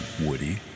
Woody